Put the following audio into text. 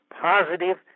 positive